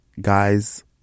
guys